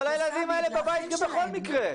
אבל הילדים האלה בבית בכל מקרה.